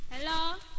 Hello